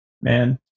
Man